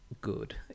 good